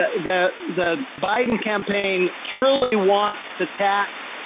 the, the biden campaign truly wants to tax,